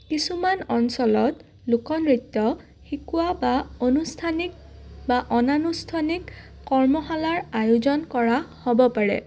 কিছুমান অঞ্চলত লোকনৃত্য শিকোৱা বা আনুষ্ঠানিক বা অনানুষ্ঠানিক কৰ্মশালাৰ আয়োজন কৰা হ'ব পাৰে